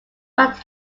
back